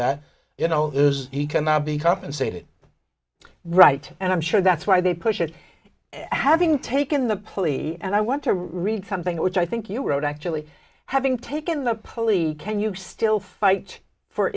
that you know he cannot be compensated right and i'm sure that's why they push it having taken the plea and i want to read something which i think you wrote actually having taken the pollie can you still fight for